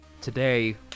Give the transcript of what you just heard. today